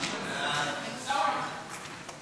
ההצעה להעביר את הצעת חוק הדגל,